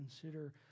consider